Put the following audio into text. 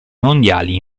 mondiali